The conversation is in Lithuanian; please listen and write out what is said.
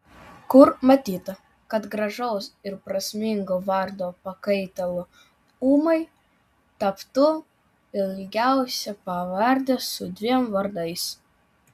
kur matyta kad gražaus ir prasmingo vardo pakaitalu ūmai taptų ilgiausia pavardė su dviem vardais